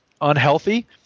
unhealthy